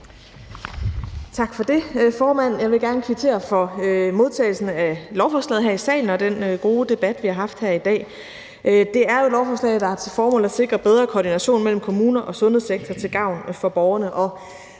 Tak for det, formand. Jeg vil gerne kvittere for modtagelsen af lovforslaget her i salen og den gode debat, vi har haft her i dag. Det er jo et lovforslag, der har til formål at sikre bedre koordination mellem kommuner og sundhedssektor til gavn for borgerne.